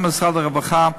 גם ממשרד הרווחה.